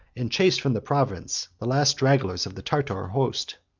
and chased from the province the last stragglers of the tartar host.